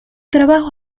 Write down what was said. trabajo